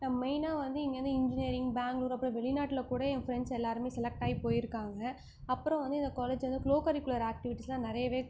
மெய்னாக வந்து இங்கே வந்து இன்ஜினியரிங் பேங்களூர் அப்புறம் வெளிநாட்டில் கூட என் ஃப்ரெண்ட்ஸ் எல்லோருமே செலக்ட்டாகி போயிருக்காங்க அப்புறம் வந்து இந்த காலேஜ் வந்து க்லோகரிக்குலர் ஆக்டிவிட்டீஸெலாம் நிறையவே